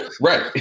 Right